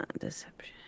Deception